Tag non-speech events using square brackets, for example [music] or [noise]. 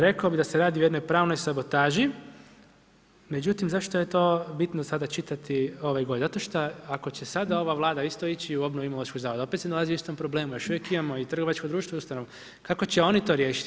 Rekao bi da se radi o jednoj pravnoj sabotaži, međutim, zašto je to bitno sada čitati … [unintelligible] Zato što ako će sada ova Vlada isto ići u obnovu Imunološkog zavoda, opet se nalazi u istom problemu, još uvijek imamo i trgovačko društvo i ustanovu, kako će oni to riješiti?